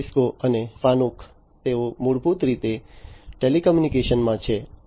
Cisco અને Fanuc તેઓ મૂળભૂત રીતે ટેલિકોમ્યુનિકેશન સેક્ટરમાં છે